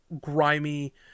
grimy